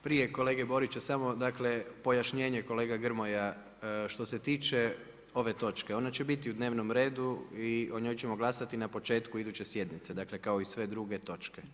Prije kolega Borića, samo dakle, pojašnjenje kolega Grmoja, što se tiče ove točke, ona će biti u dnevnom redu i o njoj ćemo glasati na početku iduće sjednice, dakle, kao i sve druge točke.